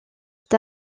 est